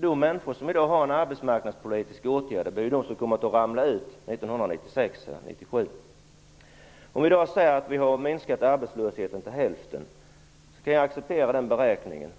De människor som i dag är föremål för arbetsmarknadspolitiska åtgärder kommer att ramla ut 1996 eller 1997. Om arbetslösheten har minskats med hälften, kan jag acceptera beräkningen.